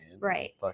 right